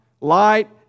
light